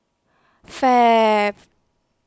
Fab